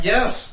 Yes